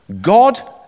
God